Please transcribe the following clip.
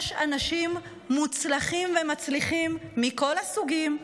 יש אנשים מוצלחים ומצליחים מכל הסוגים,